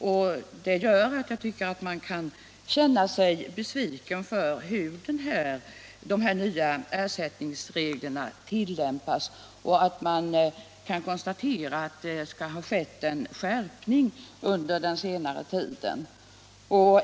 Jag tycker alltså att man kan känna sig besviken över hur de nya ersättningsreglerna tillämpas, när man konstaterar att en skärpning har skett under senare tid.